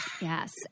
Yes